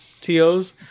TOs